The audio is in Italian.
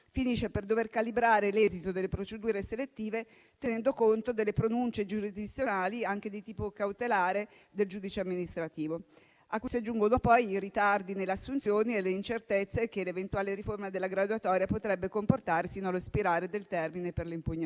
finisce per dover calibrare l'esito delle procedure selettive tenendo conto delle pronunce giurisdizionali, anche di tipo cautelare, del giudice amministrativo, a cui si aggiungono poi i ritardi nelle assunzioni e le incertezze che l'eventuale riforma della graduatoria potrebbe comportare sino allo spirare del termine per le impugnazioni.